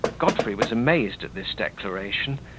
godfrey was amazed at this declaration,